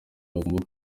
bagomba